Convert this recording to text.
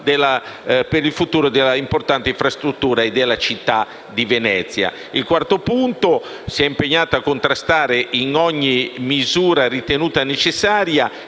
per il futuro di questa importante infrastruttura e della città di Venezia. Il quarto punto impegna il Governo a contrastare, con ogni misura ritenuta necessaria,